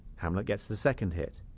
hamlet gets the second hit.